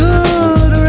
Good